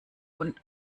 und